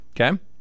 Okay